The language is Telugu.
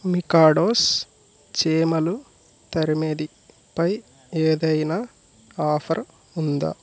మికాడోస్ చీమలు తరిమేది పై ఏదైనా ఆఫర్ ఉందా